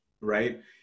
right